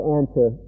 answer